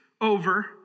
over